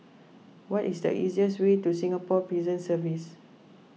what is the easiest way to Singapore Prison Service